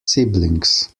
siblings